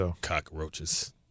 Cockroaches